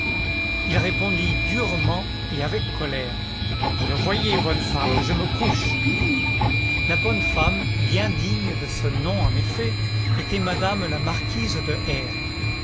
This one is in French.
il répondit durement et avec colère vous le voyez bonne femme je me couche la bonne femme bien digne de ce nom en effet était madame la marquise de r